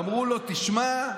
ואמרו לו: תשמע,